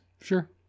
Sure